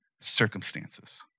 circumstances